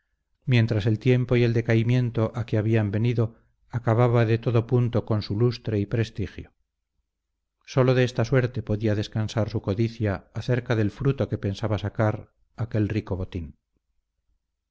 mientras el tiempo y el decaimiento a que habían venido acababa de todo punto con su lustre y prestigio sólo de esta suerte podía descansar su codicia acerca del fruto que pensaba sacar aquel rico botín